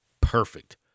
perfect